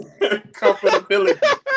Comfortability